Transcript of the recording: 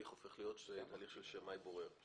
ההליך הופך להיות הליך של שמאי בורר.